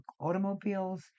automobiles